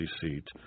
seat